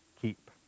keep